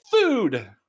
food